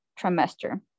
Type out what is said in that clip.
trimester